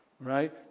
right